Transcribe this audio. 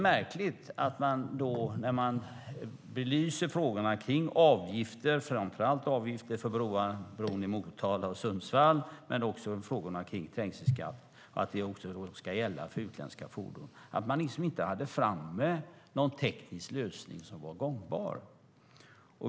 När man där belyste frågorna kring avgifter, framför allt avgifter för broarna i Motala och Sundsvall men också trängselskatt, framhöll man att de också skulle gälla för utländska fordon men att man inte hade framme någon teknisk lösning som var gångbar.